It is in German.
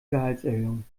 gehaltserhöhung